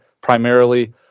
primarily